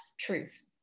truth